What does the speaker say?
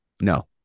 No